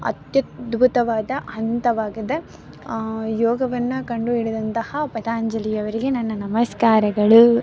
ಅತ್ಯದ್ಭುತವಾದ ಹಂತವಾಗಿದೆ ಯೋಗವನ್ನು ಕಂಡುಹಿಡಿದಂತಹ ಪತಂಜಲಿಯವರಿಗೆ ನನ್ನ ನಮಸ್ಕಾರಗಳು